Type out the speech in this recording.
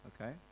Okay